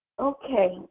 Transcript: Okay